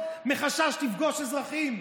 מחשש לפגוש אזרחים.